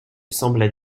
sembla